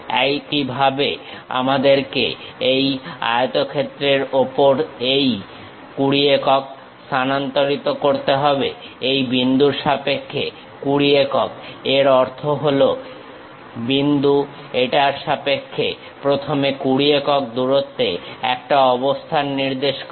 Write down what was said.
একইভাবেআমাদেরকে এই আয়তক্ষেত্রের ওপর এই 20 একক স্থানান্তরিত করতে হবে এই বিন্দুর সাপেক্ষে 20 একক এর অর্থ এটা হল বিন্দু এটার সাপেক্ষে প্রথমে 20 একক দূরত্বে একটা অবস্থান নির্দেশ করো